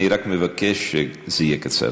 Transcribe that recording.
אני רק מבקש שזה יהיה קצר.